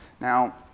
Now